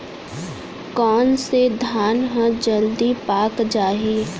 कोन से धान ह जलदी पाक जाही?